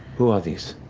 who are these